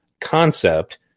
concept